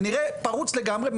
זה נראה פרוץ לגמרי,